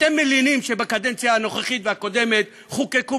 אתם מלינים שבקדנציה הנוכחית והקודמת חוקקו